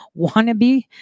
wannabe